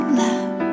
laugh